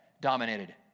dominated